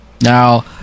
Now